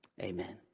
Amen